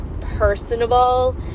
personable